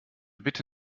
bitte